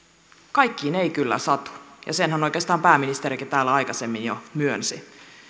kaikkiin ei kyllä satu ja senhän oikeastaan pääministerikin täällä aikaisemmin jo myönsi